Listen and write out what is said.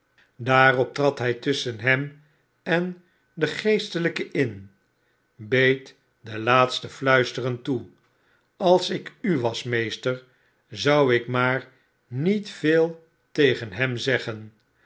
daarop trad hij tusschen hem en den geestelijke in beet den laatste fluisterend toe als ik u was meester zou ik maar niet veel tegen hem zeggen